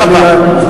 חס חלילה,